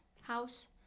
house